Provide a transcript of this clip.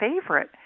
favorite